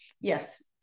Yes